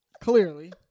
Clearly